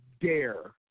dare